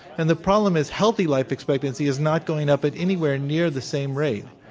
and the problem is healthy life expectancy is not going up at anywhere near the same rate.